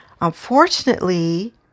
Unfortunately